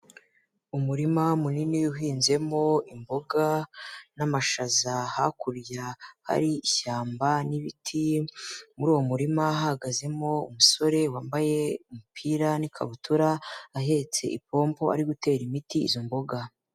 Umurima munini uhinzemo imboga n'amashaza, hakurya hari ishyamba n'ibiti, muri uwo murima hahagazemo umusore wambaye umupira n'ikabutura ahetse ipombo ari gutera imiti izo mboga.